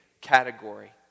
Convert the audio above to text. category